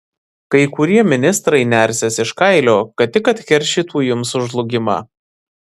kai kurie ministrai nersis iš kailio kad tik atkeršytų jums už žlugimą